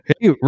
hey